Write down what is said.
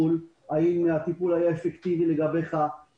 האם הטיפול היה אפקטיבי לגביך או לא,